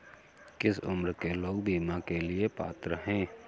किस उम्र के लोग बीमा के लिए पात्र हैं?